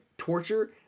torture